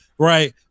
Right